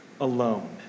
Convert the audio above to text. alone